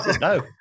no